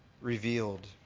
revealed